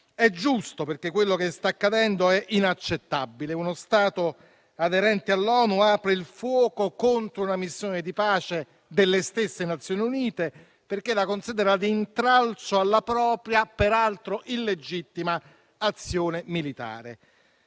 è giusto, perché quello che sta accadendo è inaccettabile. Uno Stato aderente all'ONU apre il fuoco contro una missione di pace delle stesse Nazioni Unite perché la considera di intralcio alla propria, peraltro illegittima, azione militare.